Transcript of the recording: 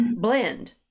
blend